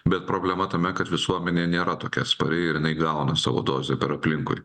bet problema tame kad visuomenė nėra tokia atspari ir jinai gauna savo dozę per aplinkui